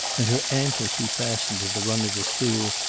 and her ankles she fastened to the rung of the stool,